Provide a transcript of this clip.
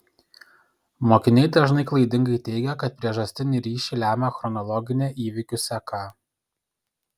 mokiniai dažnai klaidingai teigia kad priežastinį ryšį lemia chronologinė įvykių seka